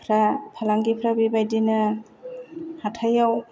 फ्रा फालांगिफ्रा बेबायदिनो हाथायाव